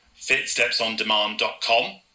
fitstepsondemand.com